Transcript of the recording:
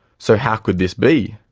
so how could this be?